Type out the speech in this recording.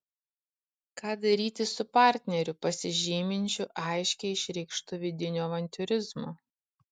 ką daryti su partneriu pasižyminčiu aiškiai išreikštu vidiniu avantiūrizmu